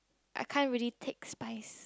I can't really take spice